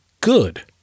good